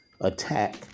attack